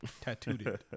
Tattooed